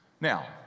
Now